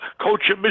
coach